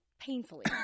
painfully